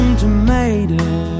tomato